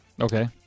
Okay